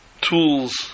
tools